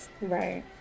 right